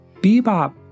Bebop